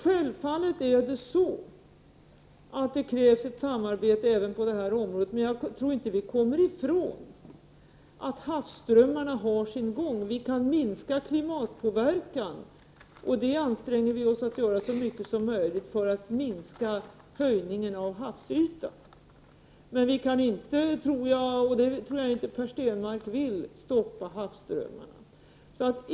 Självfallet krävs samarbete även här, men jag tror inte vi kommer ifrån att havsströmmarna har sin gång. Vi kan minska klimatpåverkan, och det anstränger vi oss för att göra så mycket som möjligt för att minska höjningen av havsytan, men jag tror inte man kan stoppa havsströmmarna. Det tror jag inte heller Per Stenmarck vill.